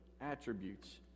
attributes